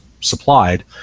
supplied